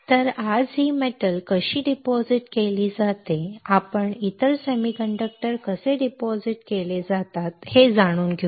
तर आज ही धातू कशी जमा केली जाते ते आपण इतर सेमीकंडक्टर कसे जमा केले जातात हे जाणून घेऊ